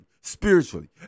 spiritually